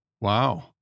wow